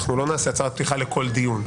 אנחנו לא נעשה הצהרת פתיחה לכל דיון.